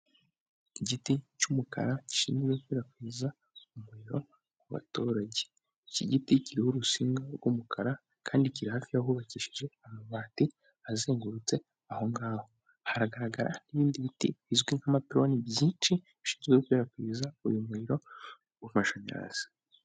Igiti cy'umukara, gishinzwe gukwirakwiza umuriro mu baturage, iki giti kiriho urutsinga rw'umukara, kandi kiri hafi y'ahubakishijwe amabati azengurutse aho ngaho, haragaragara n'ibindi biti bizwi nk'ama pironi byinshi, bishinzwe gukwirakwiza uyu muriro w'amashanyarazi.